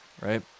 right